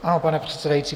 Ano, pane předsedající.